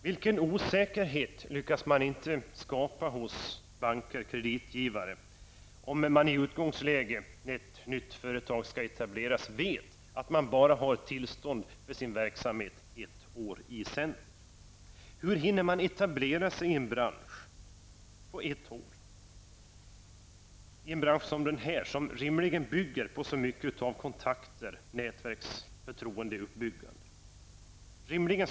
Vilken osäkerhet skapas inte hos banker och kreditgivare om man i utgångsläget när ett nytt företag skall etableras vet att det bara har tillstånd för sin verksamhet ett år i sänder? Hur hinner ett företag på ett år etablera sig i en bransch som denna, som rimligen bygger på många kontakter, förtroende och nätverksbyggande?